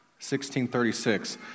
1636